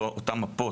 אותן מפות,